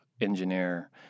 engineer